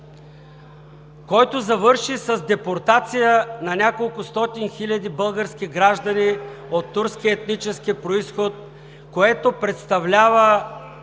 който завърши с депортация на няколкостотин хиляди български граждани от турски етнически произход, което представлява